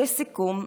לסיכום,